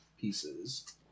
pieces